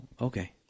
okay